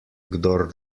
kdor